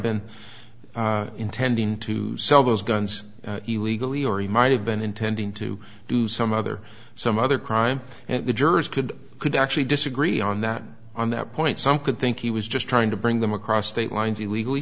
been intending to sell those guns illegally or he might have been intending to do some other some other crime and the jurors could could actually disagree on that on that point some could think he was just trying to bring them across state lines illegally